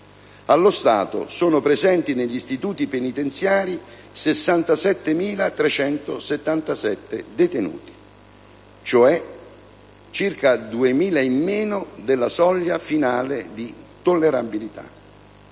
Allo stato sono presenti negli istituti penitenziari 67.377 detenuti, ossia circa 2.000 in meno della soglia finale di tollerabilità.